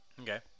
Okay